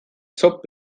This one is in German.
zob